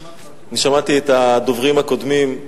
שמעתי את הדוברים הקודמים,